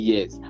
Yes